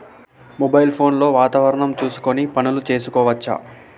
Mobile phone లో వాతావరణం చూసుకొని పనులు చేసుకోవచ్చా?